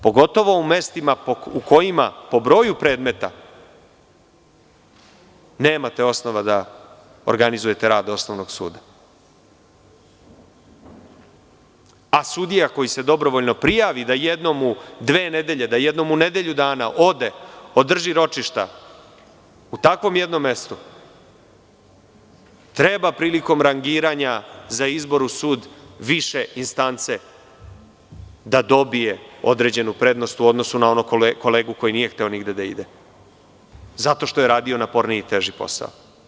Pogotovo u mestima u kojima po broju predmeta nemate osnova da organizujete rad osnovnog suda, a sudija koji se dobrovoljno prijavi da jednom u dve nedelje, da jednom u nedelju dana ode, održi ročišta, u takvom jednom mestu treba prilikom rangiranja za izbor u sud više instance da dobije određenu prednost u odnosu na onog kolegu koji nije hteo nigde da ide zato što je radio naporniji i teži posao.